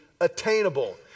attainable